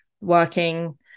working